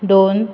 दोन